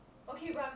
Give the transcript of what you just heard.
我